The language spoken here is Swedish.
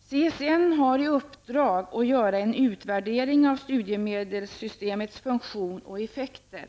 CSN har i uppdrag att göra en utvärdering av studiemedelssystemets funktion och dess effekter.